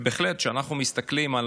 ובהחלט, כשאנחנו מסתכלים על